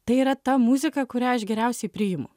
tai yra ta muzika kurią aš geriausiai priimu